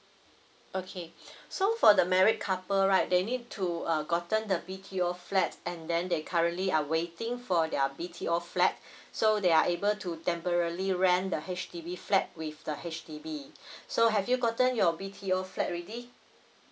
okay so for the married couple right they need to err gotten the B_T_O flat and then they currently are waiting for their B_T_O flat so they are able to temporary rent the H_D_B flat with the H_D_B so have you gotten your B_T_O flat already